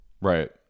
Right